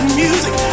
music